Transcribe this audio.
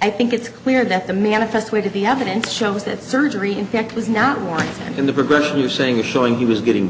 i think it's clear that the manifest weight of the evidence shows that surgery in fact was not warranted and in the progression you're saying is showing he was getting